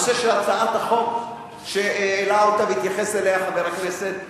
הנושא של הצעת החוק שהעלה אותה והתייחס אליה חבר הכנסת אלדד,